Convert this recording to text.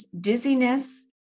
dizziness